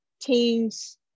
teams